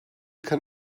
kann